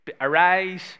Arise